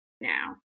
now